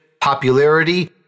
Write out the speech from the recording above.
popularity